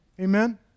Amen